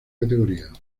categoría